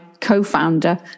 co-founder